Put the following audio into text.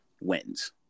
wins